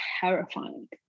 terrifying